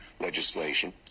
legislation